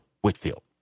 Whitfield